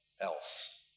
else